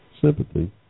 sympathy